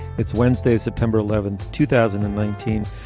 it's wednesday september eleventh two thousand and nineteen.